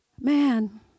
Man